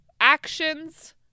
actions